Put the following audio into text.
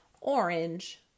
orange